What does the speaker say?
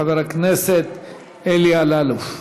חבר הכנסת אלי אלאלוף.